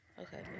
Okay